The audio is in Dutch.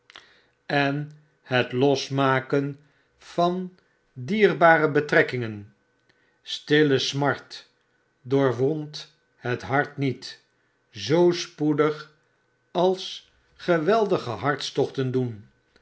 en het losmaken van dierbare betrekkingen stille smart doorwondt het hart niet zoo spoedig als geweldige hartstochten doen